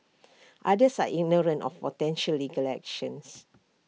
others are ignorant of potential legal actions